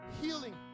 healing